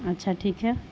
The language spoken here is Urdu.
اچھا ٹھیک ہے